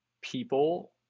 people